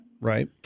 Right